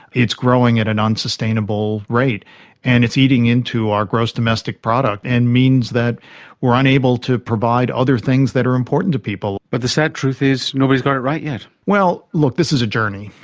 it's growing at an unsustainable rate and it's eating into our gross domestic product and means that we are unable to provide other things that are important to people. but the sad truth is nobody has got it right yet. well, look, this is a journey,